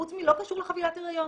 לא קשור לחבילת הריון,